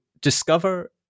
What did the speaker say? discover